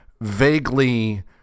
vaguely